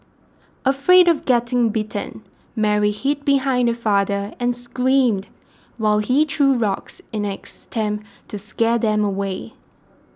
afraid of getting bitten Mary hid behind her father and screamed while he threw rocks in extent to scare them away